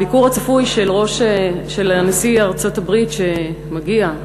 הביקור הצפוי של נשיא ארצות-הברית שמגיע,